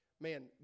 Man